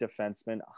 defenseman